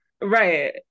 Right